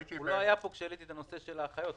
הוא לא היה פה כשהעליתי את נושא האחיות.